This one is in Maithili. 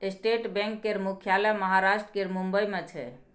स्टेट बैंक केर मुख्यालय महाराष्ट्र केर मुंबई मे छै